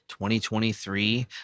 2023